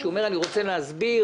אומר: אני רוצה להסביר